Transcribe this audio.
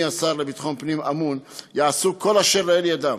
השר לביטחון פנים אמון יעשו כל אשר לאל ידם